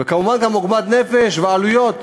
וכמובן, גם עוגמת נפש ועלויות.